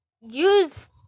use